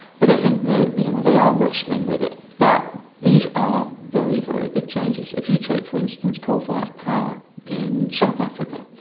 but i think they you know they are wrestling with it. but these are very, very big changes. if you take for instance coal fired power in south africa,